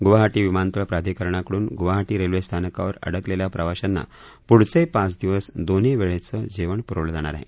गुवाहाटी विमानतळ प्राधिकरणाकडून ग्वाहाटी रेल्वे स्थानकावर अडकलेल्या प्रवाशांना पुढचे पाच दिवस दोन्ही वेळचं जेवण प्रवलं जाणार आहे